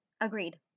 Agreed